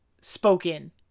spoken